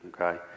okay